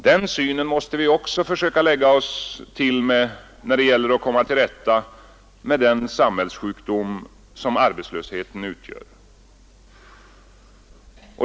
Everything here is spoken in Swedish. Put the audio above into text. Den synen måste vi också försöka lägga oss till med när det gäller att komma till rätta med den samhällssjukdom som arbetslösheten utgör.